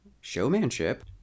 showmanship